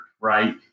right